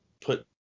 put